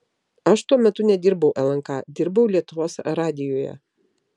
aš tuo metu nedirbau lnk dirbau lietuvos radijuje